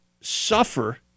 suffer